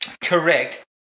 Correct